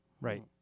Right